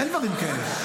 אין דברים כאלה.